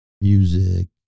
music